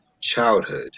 childhood